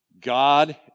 God